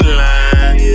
line